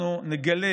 אנחנו נגלה